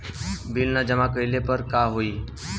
Bill न जमा कइले पर का होई?